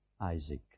Isaac